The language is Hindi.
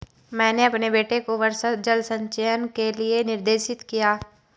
मैंने अपने बेटे को वर्षा जल संचयन के लिए निर्देशित किया